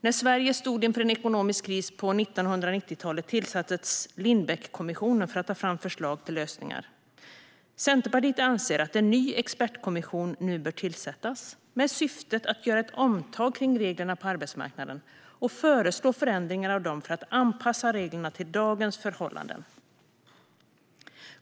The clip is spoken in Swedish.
När Sverige stod inför en ekonomisk kris på 1990-talet tillsattes Lindbeckkommissionen för att ta fram förslag till lösningar. Centerpartiet anser att en ny expertkommission nu bör tillsättas med syftet att göra ett omtag kring reglerna på arbetsmarknaden och föreslå förändringar av dem för att anpassa reglerna till dagens förhållanden.